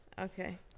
okay